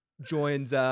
joins